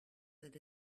that